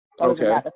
Okay